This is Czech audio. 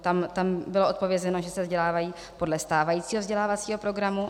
Tam bylo odpovězeno, že se vzdělávají podle stávajícího vzdělávacího programu.